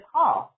Hall